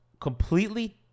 completely